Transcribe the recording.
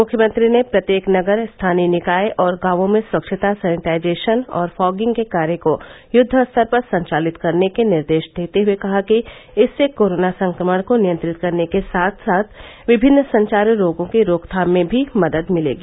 मुख्यमंत्री ने प्रत्येक नगर स्थानीय निकाय और गांवों में स्वच्छता सैनिटाजेशन और फागिंग के कार्य को युद्ध स्तर पर संचालित करने के निर्देश देते हुए कहा कि इससे कोरोना संक्रमण को नियंत्रित करने के साथ साथ विभिन्न संचारी रोगों की रोकथाम में भी मदद मिलेगी